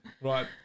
Right